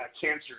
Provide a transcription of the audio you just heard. cancer